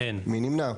מי נמנע?